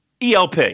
ELP